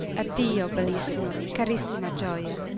addio, bellissima, carissima gioia!